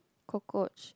cockroach